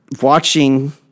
watching